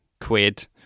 quid